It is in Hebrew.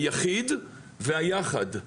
היחיד והיחד.